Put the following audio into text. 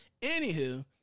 Anywho